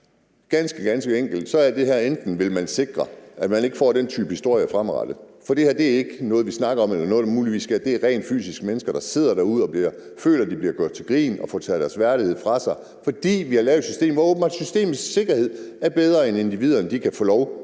bare ganske enkelt, om man vil sikre, at man ikke får den type historier fremadrettet, for det her er ikke noget, vi snakker om, eller noget, der muligvis sker, men det er mennesker, der rent fysisk sidder derude og føler, at de bliver gjort til grin og får taget deres værdighed fra dem, fordi vi har lavet et system, hvor det åbenbart er sådan, at systemets sikkerhed er vigtigere, end at individer kan få lov